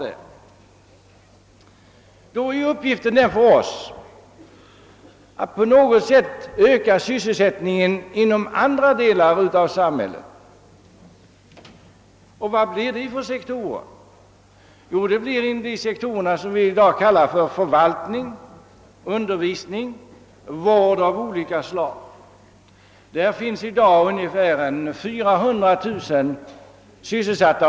Då blir vår uppgift att på något sätt öka sysselsättningen inom andra samhällsområden, alltså inom förvaltning, undervisning och vårdområden av olika slag. Dessa sektorer sysselsätter nu ungefär 400 000 personer.